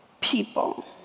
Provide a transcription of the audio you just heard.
people